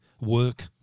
work